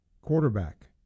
quarterback